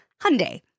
Hyundai